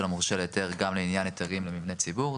המורשה להיתר גם לעניין היתרים למבני ציבור.